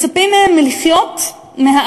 מצפים מהם לחיות מהאוויר.